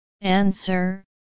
Answer